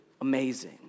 amazing